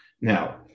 Now